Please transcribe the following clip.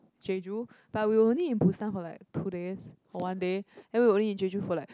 Jeju but we only in Busan for like two days or one day and we only in Jeju for like